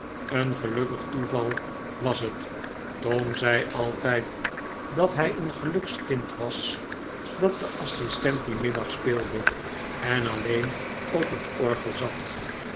een gelukkig toeval was het tom zei altijd dat hij een gelukskind was dat de assistent dien middag speelde en alleen op het orgel zat